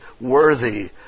worthy